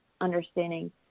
understanding